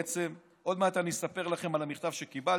עוד מעט אני אספר לכם על המכתב שקיבלתי.